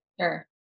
Sure